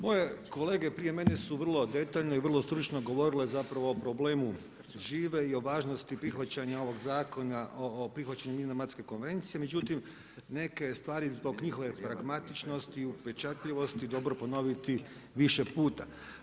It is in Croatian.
Moje kolege prije mene su vrlo detaljno i vrlo stručno govorile zapravo o problemu žive i o važnosti prihvaćanja ovog Zakona o prihvaćanju Minamatske konvencije, međutim neke stvari zbog njihove pragmatičnosti, upečatljivosti, dobro je ponoviti više puta.